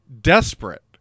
desperate